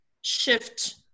shift